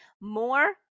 more